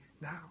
now